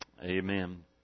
amen